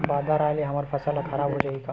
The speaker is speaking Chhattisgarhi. बादर आय ले हमर फसल ह खराब हो जाहि का?